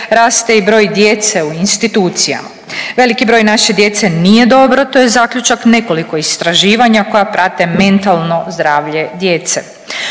raste i broj djece u institucijama. Veliki broj naše djece nije dobro, to je zaključak nekoliko istraživanja koja prate mentalno zdravlje djece.